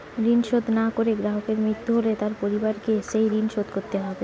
ঋণ শোধ না করে গ্রাহকের মৃত্যু হলে তার পরিবারকে সেই ঋণ শোধ করতে হবে?